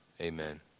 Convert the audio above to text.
Amen